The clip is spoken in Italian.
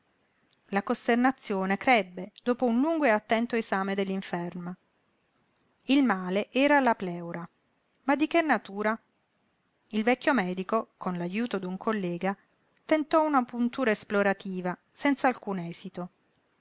la costernazione crebbe dopo un lungo e attento esame dell'inferma il male era alla plèura ma di che natura il vecchio medico con l'ajuto d'un collega tentò una puntura esplorativa senza alcun esito